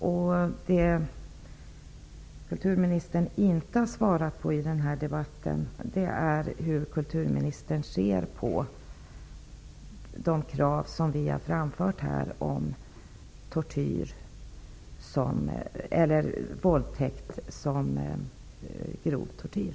I den här debatten har kulturministern inte svarat på hur hon ser på de krav som vi har framfört om att våldtäkt skall betraktas som grov tortyr.